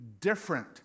different